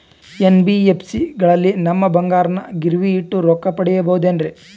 NBFC ಗಳಲ್ಲಿ ನಮ್ಮ ಬಂಗಾರನ ಗಿರಿವಿ ಇಟ್ಟು ರೊಕ್ಕ ಪಡೆಯಬಹುದೇನ್ರಿ?